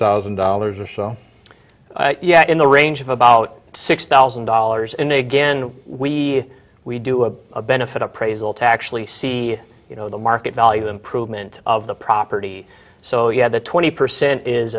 thousand dollars or so yeah in the range of about six thousand dollars in a again we we do a benefit appraisal to actually see you know the market value improvement of the property so you have the twenty percent is